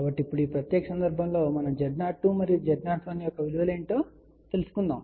కాబట్టి ఇప్పుడు ఈ ప్రత్యేక సందర్భంలో మనం Z02 మరియు Z01 యొక్క విలువలు ఏమిటో తెలుసుకుందాం